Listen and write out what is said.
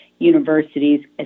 Universities